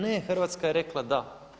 Ne, Hrvatska je rekla da.